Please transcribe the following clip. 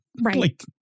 right